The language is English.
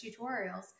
tutorials